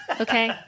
okay